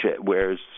whereas